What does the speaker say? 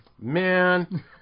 Man